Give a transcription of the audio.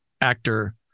actor